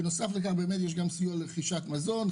בנוסף לכך יש גם סיוע ברכישת מזון,